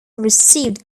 received